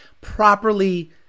properly